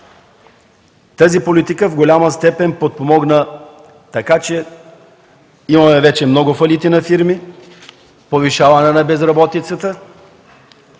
Тази политика в голяма степен подпомогна за това, че вече има много фалити на фирми, повишаване на безработицата